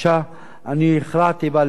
אני הכרעתי בה לאחר הביקור,